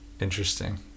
Interesting